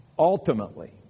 ultimately